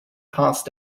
past